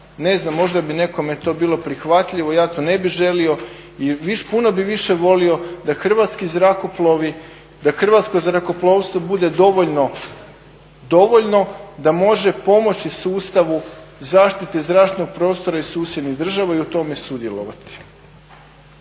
možda bi to nekome bilo prihvatljivo. Ja to ne bih želio i puno bi više volio da hrvatski zrakoplovi da hrvatsko zrakoplovstvo bude dovoljno da može pomoći sustavu zaštite zračnog prostora i susjednih država i u tome sudjelovati.